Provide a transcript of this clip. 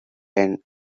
end